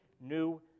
new